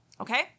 Okay